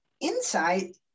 insight